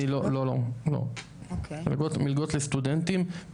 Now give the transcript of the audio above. לא, מלגות לסטודנטים.